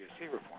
reform